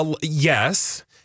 Yes